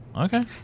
Okay